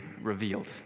revealed